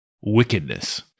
Wickedness